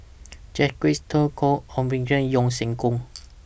Jacques De Coutre Chua Ek Kay and Yeo Siak Goon